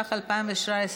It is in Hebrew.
התשע"ח 2018,